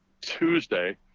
Tuesday